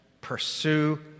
pursue